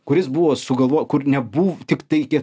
kuris buvo sugalvo kur nebuv tiktai tie